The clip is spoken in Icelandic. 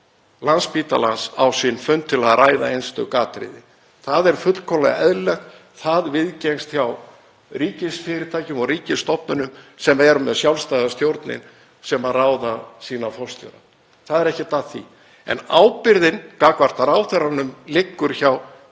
Landspítalans á sinn fund til að ræða einstök atriði. Það er fullkomlega eðlilegt. Það viðgengst hjá ríkisfyrirtækjum og ríkisstofnunum sem eru með sjálfstæðar stjórnir sem ráða sína forstjóra. Það er ekkert að því. En ábyrgðin gagnvart ráðherranum liggur hjá